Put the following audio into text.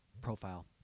profile